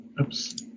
oops